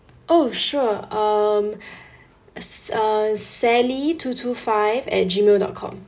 oh sure um s~ uh sally two two five at gmail dot com